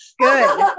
Good